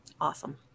Awesome